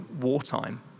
wartime